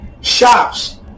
shops